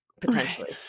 potentially